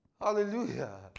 Hallelujah